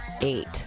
Eight